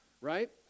right